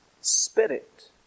spirit